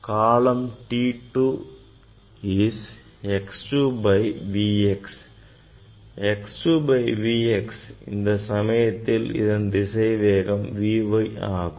காலம் t 2 is x 2 by V x x 2 by V x இந்த சமயத்தில் அதன் திசைவேகம் V y ஆகும்